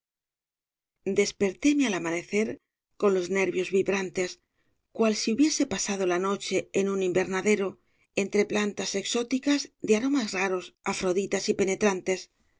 vida despertéme al amanecer con los nervios vibrantes cual si hubiese pasado la noche en un invernadero entre plantas exóticas de aromas raros afroditas y penetrantes